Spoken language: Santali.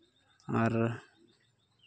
ᱟᱨ